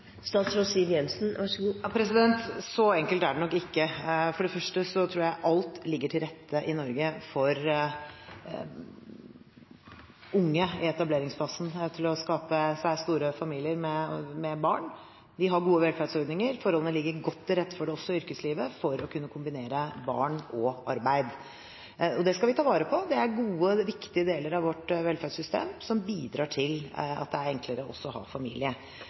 Så enkelt er det nok ikke. For det første tror jeg alt ligger til rette i Norge for unge i etableringsfasen til å skape store familier med barn. Vi har gode velferdsordninger, forholdene ligger godt til rette i yrkeslivet for å kunne kombinere barn og arbeid. Det skal vi ta vare på. Det er gode og viktige deler av vårt velferdssystem som bidrar til at det er enklere å ha familie.